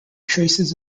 traces